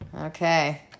Okay